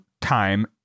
time